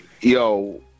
Yo